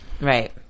right